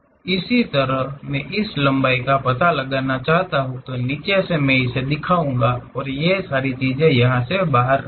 इसी तरह मैं इस लंबाई का पता लगाना चाहता हूं तो नीचे से मैं दिखाऊंगा और ये चीजें यह बाहर रहेगी